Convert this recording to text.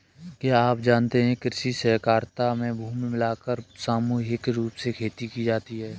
क्या आप जानते है कृषि सहकारिता में भूमि मिलाकर सामूहिक रूप से खेती की जाती है?